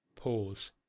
pause